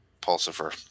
Pulsifer